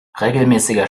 regelmäßiger